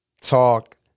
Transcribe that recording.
talk